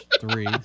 three